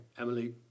Emily